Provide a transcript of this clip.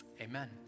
Amen